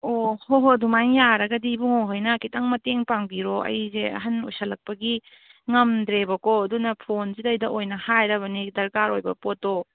ꯑꯣ ꯍꯣ ꯍꯣ ꯑꯗꯨꯃꯥꯏ ꯌꯥꯔꯒꯗꯤ ꯏꯕꯣꯡꯉꯣ ꯍꯣꯏꯅ ꯈꯤꯇꯪ ꯃꯇꯦꯡ ꯄꯥꯡꯕꯤꯔꯣ ꯑꯩꯖꯦ ꯑꯍꯜ ꯑꯣꯏꯁꯜꯂꯛꯄꯒꯤ ꯉꯝꯗ꯭ꯔꯦꯕꯀꯣ ꯑꯗꯨꯅ ꯐꯣꯟꯁꯤꯗꯩꯗ ꯑꯣꯏꯅ ꯍꯥꯏꯔꯕꯅꯤ ꯑꯩꯒꯤ ꯗꯔꯀꯥꯔ ꯑꯣꯏꯕ ꯄꯣꯠꯇꯣ